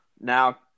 now